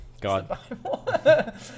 god